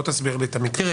בוא תסביר לי את המקרה.